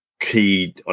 key